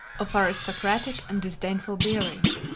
of aristocratic and disdainful bearing.